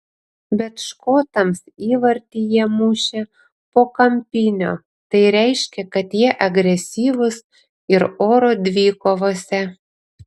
bet škotams įvartį jie mušė po kampinio tai reiškia kad jie agresyvūs ir oro dvikovose